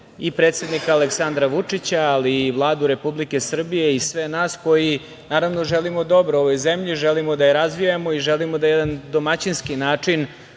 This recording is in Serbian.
i predsednika Aleksandra Vučića, ali i Vladu Republike Srbije i sve nas koji želimo dobro ovoj zemlji, želimo da je razvijamo i želimo da na jedan domaćinski način